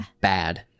bad